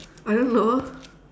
I don't know